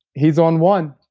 he's on one.